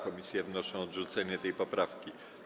Komisje wnoszą o odrzucenie tej poprawki.